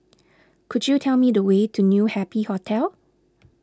could you tell me the way to New Happy Hotel